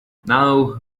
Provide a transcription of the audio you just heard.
now